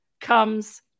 comes